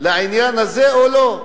לעניין הזה או לא.